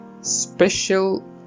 special